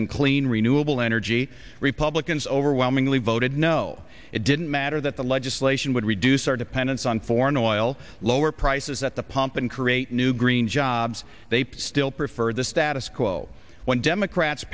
in clean renewable energy republicans overwhelmingly voted no it didn't matter that the legislation would reduce our dependence on foreign oil lower prices at the pump and create new green jobs they still preferred the status quo when democrats